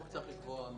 החוק צריך לקבוע.